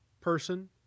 person